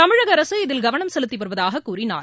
தமிழக அரசு இதில் கவனம் செலுத்தி வருவதாகக் கூறினார்